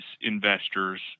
investors